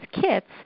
kits